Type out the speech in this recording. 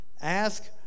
ask